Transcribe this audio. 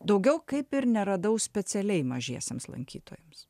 daugiau kaip ir neradau specialiai mažiesiems lankytojams